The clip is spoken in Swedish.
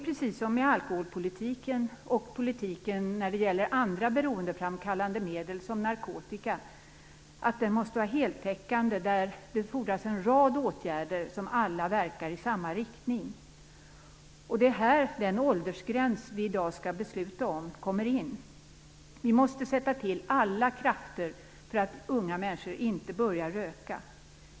Precis som alkoholpolitiken och politiken för andra beroendeframkallande medel, t.ex. narkotika, måste den vara heltäckande. Det fordras en rad åtgärder som alla verkar i samma riktning. Det är här den åldersgräns som vi i dag skall besluta om kommer in. Vi måste sätta till alla krafter så att unga människor inte börjar röka.